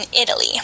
Italy